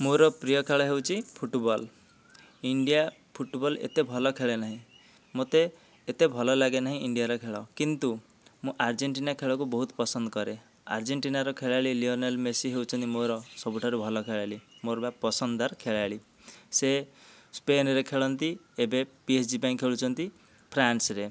ମୋର ପ୍ରିୟ ଖେଳ ହେଉଛି ଫୁଟ୍ବଲ୍ ଇଣ୍ଡିଆ ଫୁଟ୍ବଲ୍ ଏତେ ଭଲ ଖେଳେ ନାହିଁ ମୋତେ ଏତେ ଭଲଲାଗେ ନାହିଁ ଇଣ୍ଡିଆର ଖେଳ କିନ୍ତୁ ମୁଁ ଆର୍ଜେଣ୍ଟିନା ଖେଳ କୁ ବହୁତ ପସନ୍ଦ କରେ ଆର୍ଜେଣ୍ଟିନା ର ଖେଳାଳି ଲିଓନେଲ୍ ମେସି ହେଉଛନ୍ତି ମୋର ସବୁଠାରୁ ଭଳ ଖେଳାଳୀ ମୋର ବା ପସନ୍ଦ୍ଦାର୍ ଖେଳାଳୀ ସେ ସ୍ପେନ୍ରେ ଖେଳନ୍ତି ଏବେ ପିଏସ୍ଜି ପାଇଁ ଖେଳୁଛନ୍ତି ଫ୍ରାନ୍ସରେ